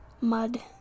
Mud